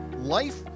life